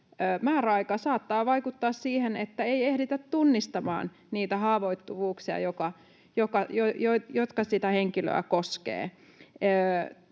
määräaika saattaa vaikuttaa siihen, että ei ehditä tunnistamaan niitä haavoittuvuuksia, jotka sitä henkilöä koskevat.